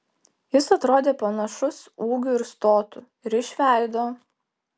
jis atrodė panašus ūgiu ir stotu ir iš veido